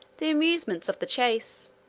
the amusements of the chase.